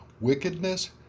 wickedness